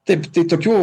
taip tai tokių